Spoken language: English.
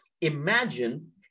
imagine